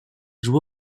joua